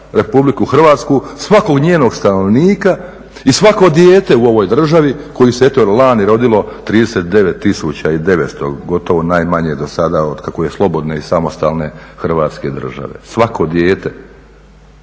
Republiku Hrvatsku, svakog njenog stanovnika i svako dijete u ovoj državi koje se eto lani rodilo 39900, gotovo najmanje do sada od kako je slobodne i samostalne Hrvatske države. Svako dijete